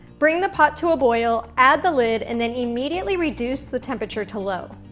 bring the pot to a boil, add the lid, and then immediately reduce the temperature to low.